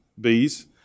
bees